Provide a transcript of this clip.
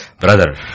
brother